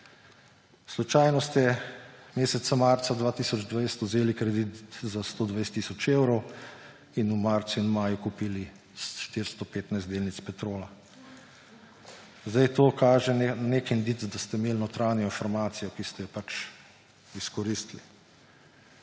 Slučajno ste meseca marca 2020 vzeli kredit za 120 tisoč evrov in v marcu in maju kupili 415 delnic Petrola. To kaže na neki indic, da ste imeli notranjo informacijo, ki ste jo pač izkoristili.